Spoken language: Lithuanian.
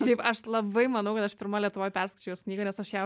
šiaip aš labai manau kad aš pirma lietuvoj perskaičiau jos knygą nes aš ją